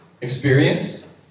Experience